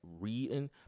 reading